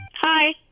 Hi